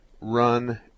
run